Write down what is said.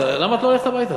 למה את לא הולכת הביתה?